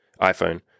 iPhone